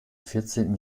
vierzehnten